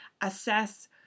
Assess